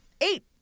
Eight